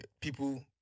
people